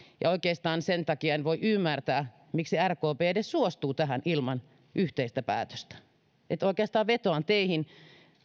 ja oikeastaan sen takia en voi ymmärtää miksi rkp edes suostuu tähän ilman yhteistä päätöstä oikeastaan vetoan teihin